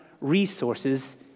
resources